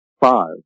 Five